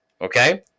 Okay